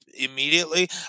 immediately